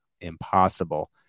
impossible